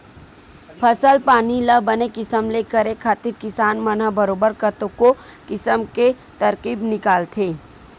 फसल पानी ल बने किसम ले करे खातिर किसान मन ह बरोबर कतको किसम के तरकीब निकालथे